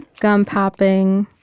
gum popping,